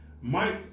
Mike